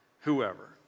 whoever